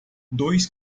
dois